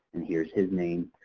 and here is his name,